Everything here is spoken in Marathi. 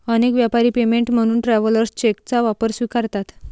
अनेक व्यापारी पेमेंट म्हणून ट्रॅव्हलर्स चेकचा वापर स्वीकारतात